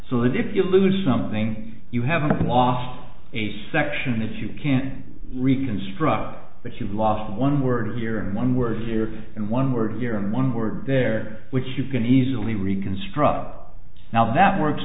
so that if you lose something you haven't lost a section if you can reconstruct that you've lost one word here and one word here and one word here and one word there which you can easily reconstruct now that works